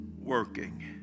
working